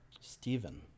Stephen